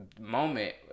moment